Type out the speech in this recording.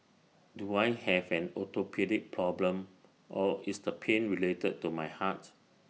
do I have an orthopaedic problem or is the pain related to my heart